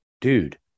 dude